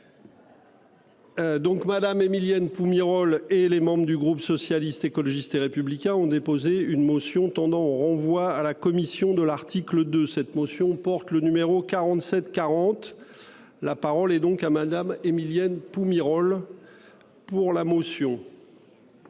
Madame Émilienne pou Myrhol et les membres du groupe socialiste, écologiste et républicain ont déposé une motion tendant au renvoi à la Commission de l'article de cette motion porte le numéro 47 40. La parole est donc à Madame Émilienne rôle. Pour la motion.